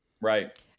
Right